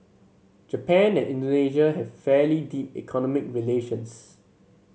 Japan and Indonesia have fairly deep economic relations